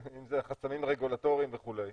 אם אלה חסמים רגולטוריים וכו'.